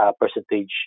percentage